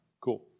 Cool